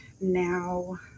now